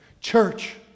Church